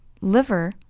liver